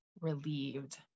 relieved